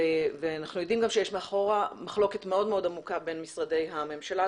אנחנו יודעים גם שיש מאחורה מחלוקת מאוד מאוד עמוקה בין משרדי הממשלה,